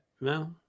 no